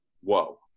whoa